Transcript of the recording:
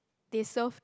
they serve